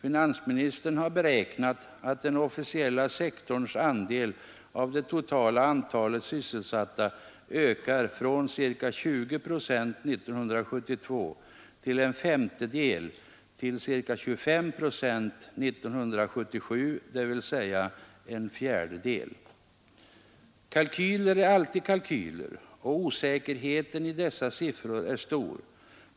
Finansministern har beräknat att den offentliga sektorns andel av det totala antalet sysselsatta ökar från ca 20 procent 1972 — en femtedel — till ca 25 procent 1977, är också här Kalkyler är alltid kalkyler, och osäkerheten i dessa siffror är stor.